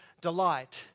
delight